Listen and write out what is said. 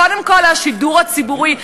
קודם כול השידור הציבורי,